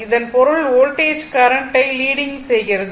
இதன் பொருள் வோல்டேஜ் கரண்ட்டை லீடிங் செய்கிறது